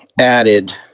added